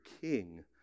king